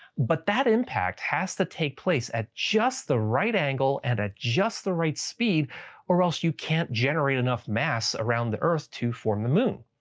but that impact has to take place at just the right angle and at just the right speed or else you can't generate enough mass around the earth to form the moon.